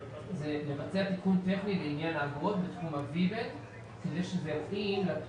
זה לבטל תיקון טכני לעניין האגרות בתחום ה-V-Band כדי שזה יביא ל-...